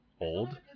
old